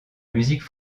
musique